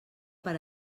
per